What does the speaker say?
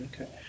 okay